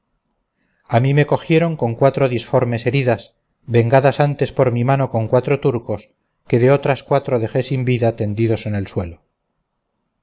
a mí me cogieron con cuatro disformes heridas vengadas antes por mi mano con cuatro turcos que de otras cuatro dejé sin vida tendidos en el suelo